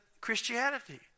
Christianity